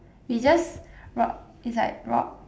we just rock is like rock